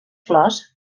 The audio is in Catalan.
flors